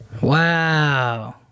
Wow